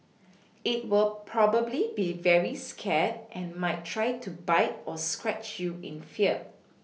it will probably be very scared and might try to bite or scratch you in fear